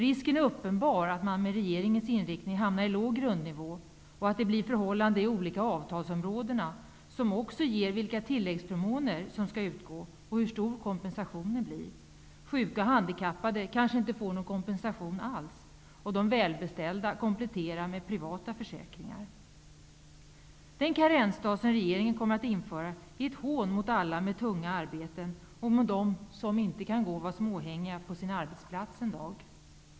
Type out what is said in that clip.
Risken är uppenbar att man med regeringens in riktning hamnar på en låg grundnivå och att det blir förhållandena på de olika avtalsområdena som bestämmer vilka tilläggsförmåner som skall finnas samt hur stor kompensationen blir. Sjuka och handikappade kanske inte får någon kompen sation alls, och de välbeställda kompletterar med privata försäkringar. Den karensdag som regeringen kommer att in föra är ett hån mot alla med tunga arbeten och mot dem som inte kan gå och vara småhängiga på sin arbetsplats en dag.